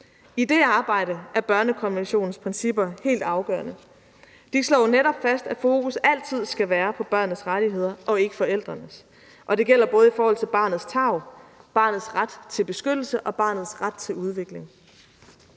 I det arbejde er børnekonventionens principper helt afgørende. De slår jo netop fast, at fokus altid skal være på børnenes rettigheder og ikke forældrenes. Og det gælder både i forhold til barnets tarv, barnets ret til beskyttelse og barnets ret til udvikling.